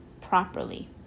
properly